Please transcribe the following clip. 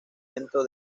evento